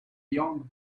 young